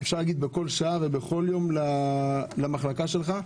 אפשר להגיד בכל שעה ובכל יום, למחלקה שלך.